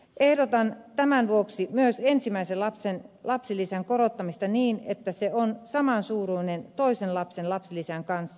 ehdotan tämän vuoksi myös ensimmäisen lapsen lapsilisän korottamista niin että se on samansuuruinen toisen lapsen lapsilisän kanssa